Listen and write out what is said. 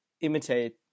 imitate